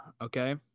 okay